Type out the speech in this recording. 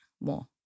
more